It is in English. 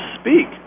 speak